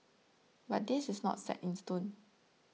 but this is not set in stone